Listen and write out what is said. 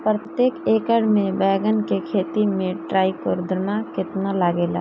प्रतेक एकर मे बैगन के खेती मे ट्राईकोद्रमा कितना लागेला?